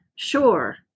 Sure